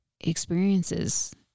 experiences